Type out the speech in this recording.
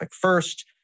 first